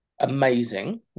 amazing